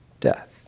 death